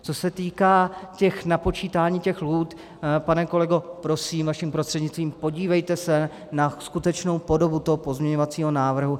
Co se týká napočítání těch lhůt, pane kolego prosím, vaším prostřednictvím, podívejte se na skutečnou podobu toho pozměňovacího návrhu.